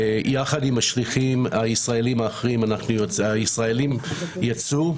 יחד עם השליחים הישראליים האחרים -- הישראלים יצאו,